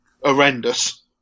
horrendous